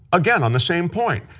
again, on the same point.